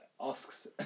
asks